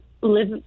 live